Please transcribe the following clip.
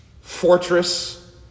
fortress